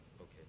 Okay